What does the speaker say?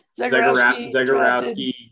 Zegarowski